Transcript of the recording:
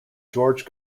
george